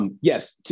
Yes